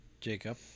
Jacob